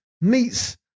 meets